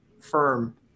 firm